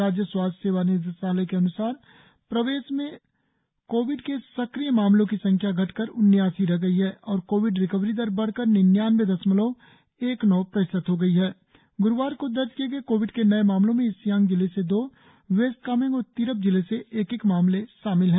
राज्य स्वास्थ्य सेवा निदेशालय के अन्सार प्रदेश में कोविड के सक्रिय मामलों की संख्या घटकर उन्यासी रह गई है और कोविड रिकवरी दर बढ़कर निन्यानवे दशमलव एक नौ प्रतिशत हो गई है ग्रुवार को दर्ज किए गए कोविड के नए मामलों में ईस्ट सियांग जिले से दो वेस्ट कामेंग और तिरप जिले से एक एक मामले शामिल है